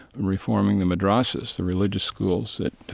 reforming the madrassas, the religious schools that,